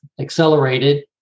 accelerated